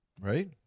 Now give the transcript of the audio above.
Right